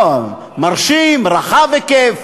מרשים, רחב היקף,